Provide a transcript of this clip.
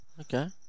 Okay